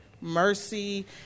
mercy